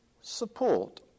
support